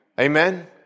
Amen